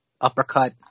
uppercut